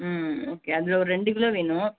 ம் ஓகே அதில் ஒரு ரெண்டு கிலோ வேணும்